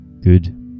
good